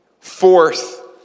Fourth